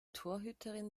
torhüterin